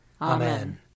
Amen